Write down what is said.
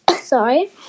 Sorry